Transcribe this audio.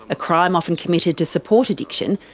a crime often committed to support addiction,